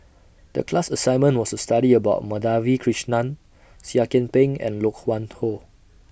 The class assignment was to study about Madhavi Krishnan Seah Kian Peng and Loke Wan Tho